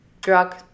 drug